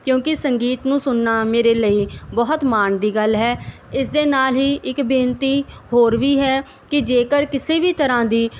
ਕਿਉਂਕਿ ਸੰਗੀਤ ਨੂੰ ਸੁਣਨਾ ਮੇਰੇ ਲਈ ਬਹੁਤ ਮਾਣ ਦੀ ਗੱਲ ਹੈ ਇਸ ਦੇ ਨਾਲ ਹੀ ਇੱਕ ਬੇਨਤੀ ਹੋਰ ਵੀ ਹੈ ਕਿ ਜੇਕਰ ਕਿਸੇ ਵੀ ਤਰ੍ਹਾਂ ਦੀ